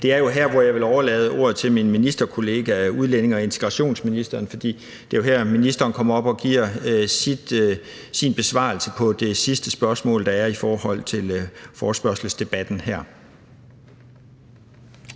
Det er her, hvor jeg vil overlade ordet til min ministerkollega, udlændinge- og integrationsministeren, for ministeren kommer jo op og giver sin besvarelse på det sidste spørgsmål, der er i forespørgselsteksten.